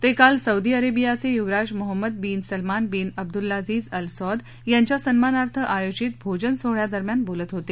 ते काल सौदी अरेबियाचे युवराज Mohammed bin Salman bin Abdulaziz al Saud यांच्या सन्मानार्थ आयोजित भोजनसोहळ्यादरम्यान बोलत होते